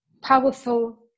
powerful